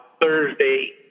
Thursday